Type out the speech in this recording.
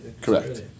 correct